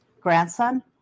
grandson